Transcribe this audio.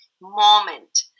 moment